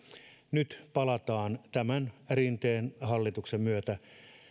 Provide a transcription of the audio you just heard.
nyt palataan tämän rinteen hallituksen myötä